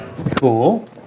Cool